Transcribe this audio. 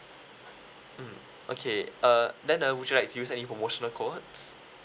mm okay uh then uh would you like to use any promotional codes